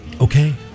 Okay